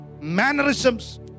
mannerisms